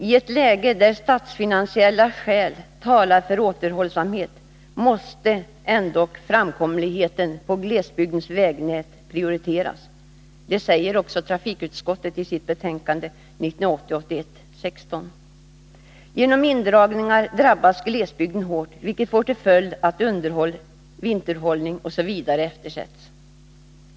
I ett läge där statsfinansiella skäl talar för återhållsamhet måste ändå för det andra framkomligheten på glesbygdens vägnät prioriteras. Det säger också trafikutskottet i sitt betänkande 1980/81:16. Genom indragningar drabbas glesbygden hårt, vilket får till följd att underhåll, vinterhållning, osv. eftersätts.